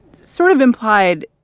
sort of implied.